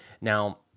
Now